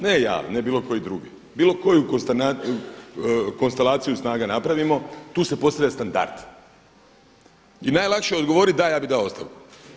Ne ja, ne bilo koji drugi, bilo koju konstelaciju snaga napravimo tu se postavlja standard i najlakše je odgovorit, da ja bih dao ostavku.